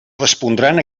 respondran